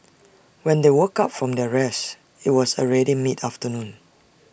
when they woke up from their rest IT was already mid afternoon